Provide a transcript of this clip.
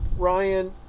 Ryan